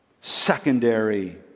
secondary